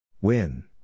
Win